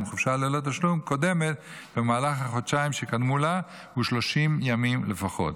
חופשה ללא תשלום קודמת במהלך החודשיים שקדמו לה הוא 30 ימים לפחות.